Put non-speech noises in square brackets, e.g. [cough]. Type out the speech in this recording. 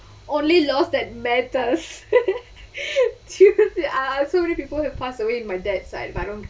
only loss that matters [laughs] true ah so many people who have passed away in my dad side but I don't